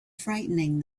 frightening